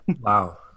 Wow